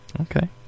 Okay